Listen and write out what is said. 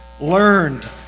learned